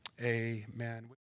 amen